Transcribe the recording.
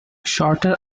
shorter